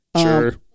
Sure